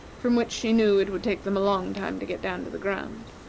from which she knew it would take them a long time to get down to the ground.